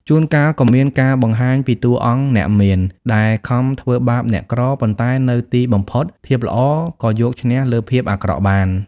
ជួនកាលក៏មានការបង្ហាញពីតួអង្គអ្នកមានដែលខំធ្វើបាបអ្នកក្រ ប៉ុន្តែនៅទីបំផុត ភាពល្អក៏យកឈ្នះលើភាពអាក្រក់បាន។